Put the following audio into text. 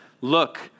Look